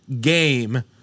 game